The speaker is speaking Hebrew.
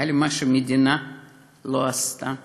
על מה שהמדינה לא עשתה.